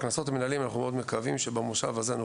אני מקווה שעוד במושב הכנסת הנוכחי